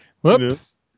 whoops